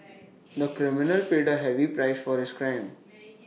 the criminal paid A heavy price for his crime